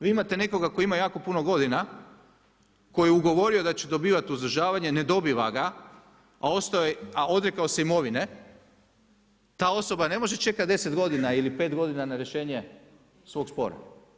Vi imate nekoga tko ima jako puno godina, koji je ugovorio da će dobivati uzdržavanje, ne dobiva ga, a odvikao se imovine, ta osoba ne može čekati 10 godina ili 5 godina na rješenje svog spora.